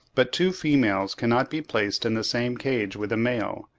but two females cannot be placed in the same cage with a male,